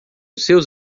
seus